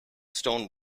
stone